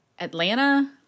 Atlanta